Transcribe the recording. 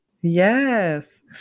Yes